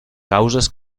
causes